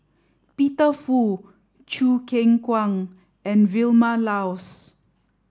Peter Fu Choo Keng Kwang and Vilma Laus